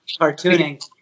cartooning